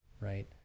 Right